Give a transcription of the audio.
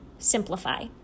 simplify